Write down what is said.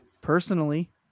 personally